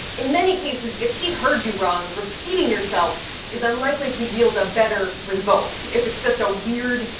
in many cases, if she heard you wrong, repeating yourself is unlikely to yield a better result. if it's just a weird